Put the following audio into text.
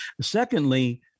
Secondly